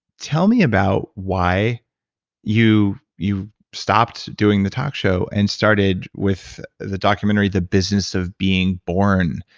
tell me about why you you stopped doing the talk show, and started with the documentary, the business of being born,